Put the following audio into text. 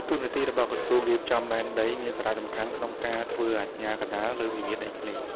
តួនាទីរបស់ក្រសួងរៀបចំដែនដី មានសារៈសំខាន់ក្នុងការធ្វើអាជ្ញាកណ្ដាលលើវិវាទដីធ្លី។